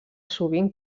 sovint